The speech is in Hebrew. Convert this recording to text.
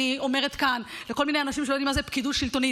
אני אומרת כאן לכל מיני אנשים שלא יודעים מה זה פקידות שלטונית,